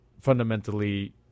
fundamentally